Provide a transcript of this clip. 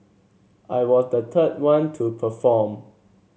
I was the third one to perform